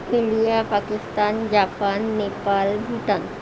India Pakistan Japan Nepal Bhutan